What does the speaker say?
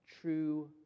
true